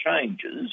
changes